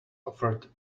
offered